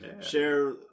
Share